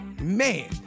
Man